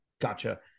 Gotcha